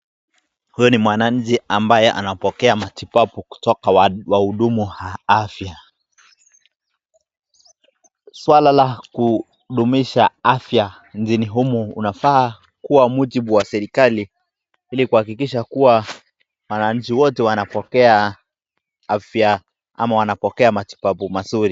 Huyu ni mwananchi ambaye anapokea matibabu kutoka waudumu wa afya .Swala la kudumisha afya nchini humu unafaa kua mujibu wa serikali ili kuhakikisha kua wananchi wote wanapokea afya ama wanapokea matibabu mazuri.